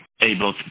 able